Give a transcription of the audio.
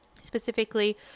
specifically